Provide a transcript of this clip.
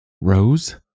Rose